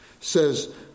says